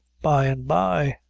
by and by.